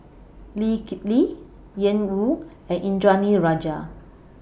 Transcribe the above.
Lee Kip Lee Ian Woo and Indranee Rajah